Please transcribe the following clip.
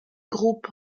groupe